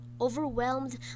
overwhelmed